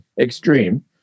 extreme